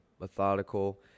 methodical